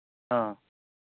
ᱦᱮᱸ